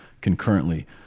concurrently